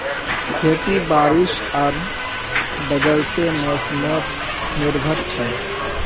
खेती बारिश आर बदलते मोसमोत निर्भर छे